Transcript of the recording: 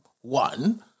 One